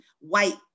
white